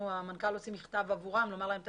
המנכ"ל הוציא מכתב עבורם לומר להם לעצור,